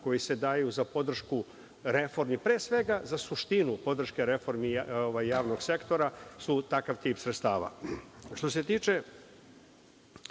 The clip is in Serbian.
kojih se daju za podršku reformi, pre svega za suštinu podrške reformi javnog sektora su takav tip sredstava. Što se tiče